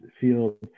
field